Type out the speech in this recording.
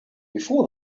before